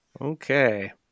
Okay